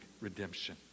redemption